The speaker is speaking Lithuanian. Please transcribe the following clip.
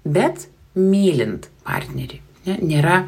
bet mylint partnerį nėra